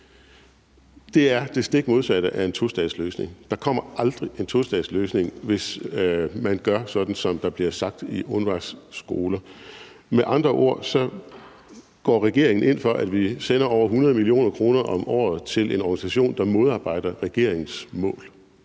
Det er det stik modsatte af en tostatsløsning. Der kommer aldrig en tostatsløsning, hvis man gør sådan, som der bliver sagt i UNRWA's skoler. Med andre ord går regeringen ind for, at vi sender over 100 mio. kr. om året til en organisation, der modarbejder regeringens mål,